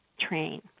train